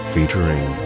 Featuring